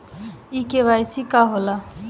इ के.वाइ.सी का हो ला?